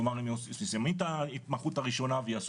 כלומר הם יסיימו את ההתמחות הראשונה ויעשו